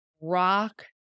rock